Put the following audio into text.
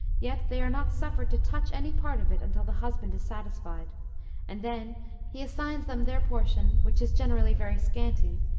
yet they are not suffered to touch any part of it, until the husband is satisfied and then he assign them their portion, which is generally very scanty,